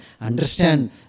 understand